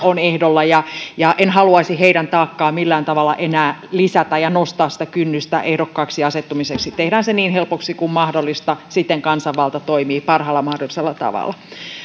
on ehdolla ja ja en haluaisi heidän taakkaansa millään tavalla enää lisätä ja nostaa sitä kynnystä ehdokkaaksi asettumiseksi tehdään se niin helpoksi kuin mahdollista siten kansanvalta toimii parhaalla mahdollisella tavalla